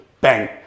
bang